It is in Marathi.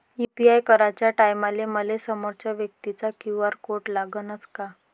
यू.पी.आय कराच्या टायमाले मले समोरच्या व्यक्तीचा क्यू.आर कोड लागनच का?